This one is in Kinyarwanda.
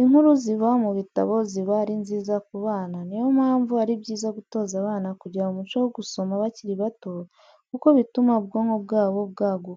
Inkuru ziba mu bitabo ziba ari nziza ku bana niyo mpamvu ari byiza gutoza abana kugira umuco wo gusoma bakiri bato kuko bituma ubwonko bwabo bwaguka